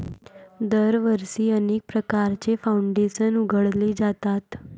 दरवर्षी अनेक प्रकारचे फाउंडेशन उघडले जातात